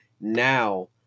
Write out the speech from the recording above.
now